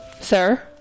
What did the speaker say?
sir